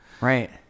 Right